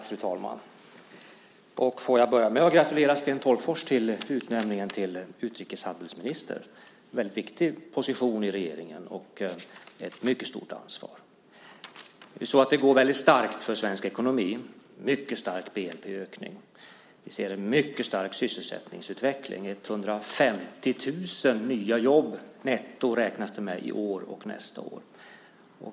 Fru talman! Jag får börja med att gratulera Sten Tolgfors till utnämningen till utrikeshandelsminister. Det är en viktig position i regeringen med ett mycket stort ansvar. Det går bra för svensk ekonomi. Det har varit en mycket stark bnp-ökning. Vi ser en mycket stark sysselsättningsutveckling. 150 000 nya jobb netto räknas det med i år och nästa år.